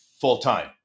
full-time